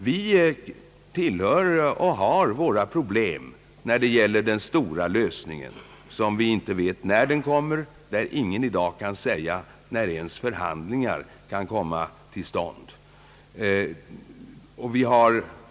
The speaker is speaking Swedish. Vi har våra problem när det gäller den stora lösningen, om vilken vi inte vet när den kommer. Ingen kan i dag säga när förhandlingar kan komma till stånd.